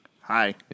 Hi